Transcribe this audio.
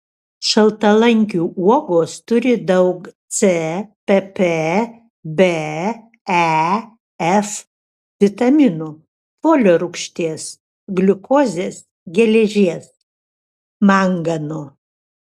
šaltalankių uogos turi daug c pp b e f vitaminų folio rūgšties gliukozės geležies mangano